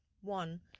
one